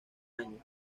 años